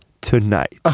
tonight